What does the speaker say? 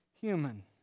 human